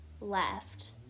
left